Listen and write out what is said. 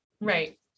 right